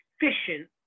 efficient